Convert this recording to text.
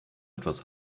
etwas